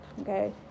okay